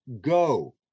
go